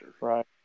right